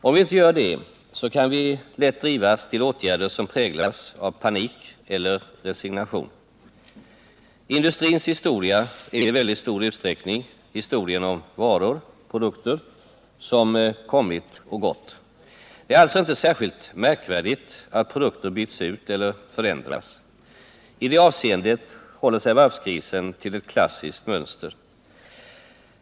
Om vi inte gör det kan vi lätt drivas till åtgärder som präglas av panik eller resignation. Industrins historia är i väldigt stor utsträckning historien om varor, produkter, som kommit och gått. Det är alltså inte särskilt märkvärdigt att produkter byts ut eller förändras. I det avseendet håller sig varvskrisen till ett klassiskt mönster.